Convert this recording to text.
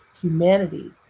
humanity